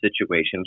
situations